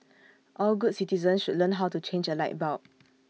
all good citizens should learn how to change A light bulb